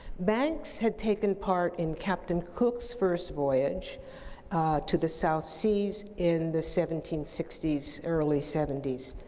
banks had taken part in captain cooke's first voyage to the south seas in the seventeen sixty s, early seventy s,